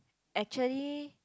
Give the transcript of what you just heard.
actually